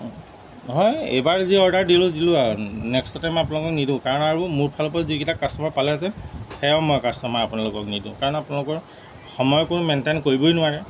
নহয় এইবাৰ যি অৰ্ডাৰ দিলোঁ দিলোঁ আৰু নেক্সট টাইমত আপোনালোকক নিদিওঁ কাৰণ আৰু মোৰ ফালৰ পৰা যিকেইটা কাষ্টমাৰ পালে হেতেন সেয়াও মই কাষ্টমাৰ আপোনালোকক নিদিওঁ কাৰণ আপোনালোকৰ সময় কোনো মেইনটেইন কৰিবই নোৱাৰে